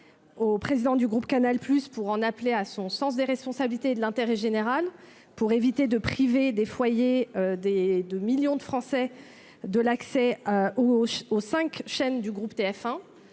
au président du groupe Canal Plus pour en appeler à son sens des responsabilités de l'intérêt général pour éviter de priver des foyers des 2 millions de Français, de l'accès au aux 5 chaînes du groupe TF1,